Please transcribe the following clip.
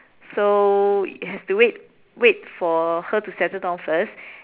so has to wait wait for her to settle down first